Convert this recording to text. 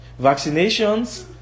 vaccinations